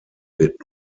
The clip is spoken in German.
wird